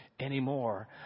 Anymore